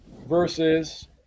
versus